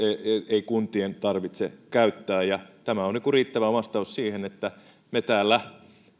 ei kuntien tarvitse käyttää tämä on riittävä vastaus siihen että me täällä